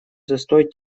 застой